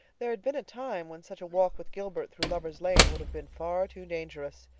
there had been a time when such a walk with gilbert through lovers' lane would have been far too dangerous.